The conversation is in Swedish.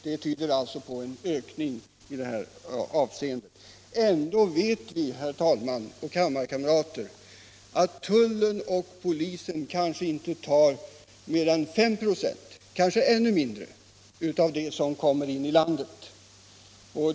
Det tyder på en ökning av införseln. Ändå vet vi, herr talman och kammarkamrater, att tullen och polisen inte tar mer än 5 26, kanske ännu mindre, av det som förs in i landet.